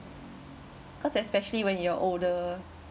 cause especially when you're older